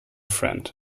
friend